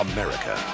America